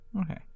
Okay